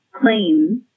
claims